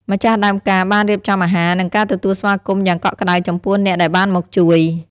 ម្ចាស់ដើមការបានរៀបចំអាហារ និងការទទួលស្វាគមន៍យ៉ាងកក់ក្ដៅចំពោះអ្នកដែលបានមកជួយ។